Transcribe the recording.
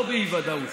לא באי-ודאות.